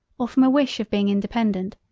or from a wish of being independant,